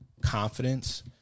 confidence